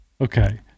Okay